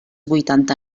vuitanta